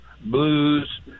blues